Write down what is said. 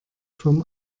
vom